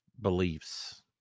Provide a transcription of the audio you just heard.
beliefs